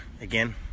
again